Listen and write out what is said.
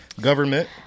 government